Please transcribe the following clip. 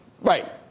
Right